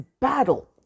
battle